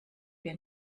wir